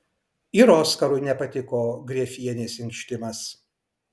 ir oskarui nepatiko grefienės inkštimas